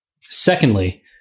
Secondly